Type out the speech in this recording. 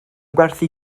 gwerthu